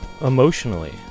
emotionally